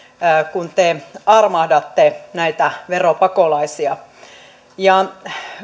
kun te armahdatte näitä veropakolaisia ja